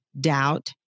doubt